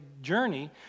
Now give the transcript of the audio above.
journey